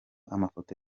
amafoto